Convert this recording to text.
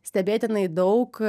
stebėtinai daug